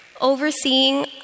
overseeing